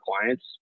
clients